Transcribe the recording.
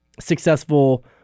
successful